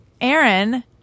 Aaron